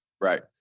Right